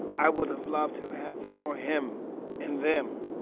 i would have loved to have had some more him and them